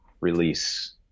release